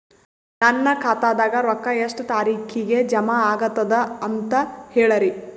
ನನ್ನ ಖಾತಾದಾಗ ರೊಕ್ಕ ಎಷ್ಟ ತಾರೀಖಿಗೆ ಜಮಾ ಆಗತದ ದ ಅಂತ ಹೇಳರಿ?